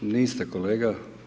Niste kolega.